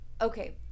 okay